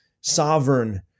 sovereign